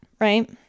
right